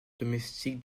domestique